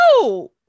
no